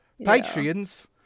patreons